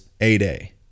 A-Day